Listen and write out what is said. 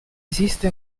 esiste